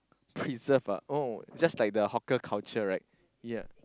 preserve lah oh just like the hawker culture right ya